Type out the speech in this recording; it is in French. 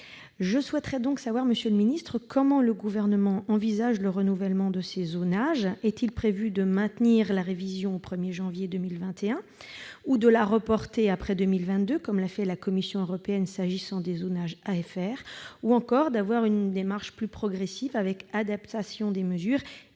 Je souhaiterais donc savoir, monsieur le ministre, comment le Gouvernement envisage le renouvellement de ces zonages. Est-il prévu de maintenir la révision au 1 janvier 2021, de la reporter après 2022, comme l'a fait la Commission européenne s'agissant des zones d'aides à finalité régionale, AFR, ou encore d'avoir une démarche plus progressive, avec adaptation des mesures